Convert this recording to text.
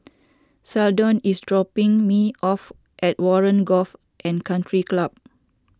Seldon is dropping me off at Warren Golf and Country Club